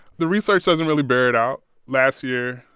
the research doesn't really bear it out last year,